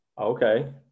okay